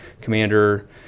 commander